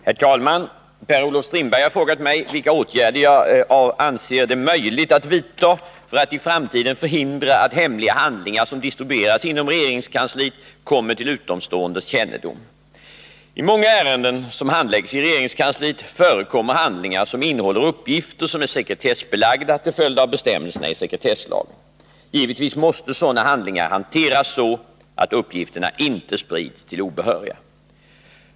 Herr talman! Per-Olof Strindberg har frågat mig vilka åtgärder jag anser det möjligt att vidta för att i framtiden förhindra att hemliga handlingar som distribueras inom regeringskansliet kommer till utomståendes kännedom. I många ärenden som handläggs i regeringskansliet förekommer handlingar som innehåller uppgifter som är sekretessbelagda till följd av bestämmelserna i sekretesslagen. Givetvis måste sådana handlingar hanteras så, att uppgifterna inte sprids till obehöriga.